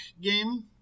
game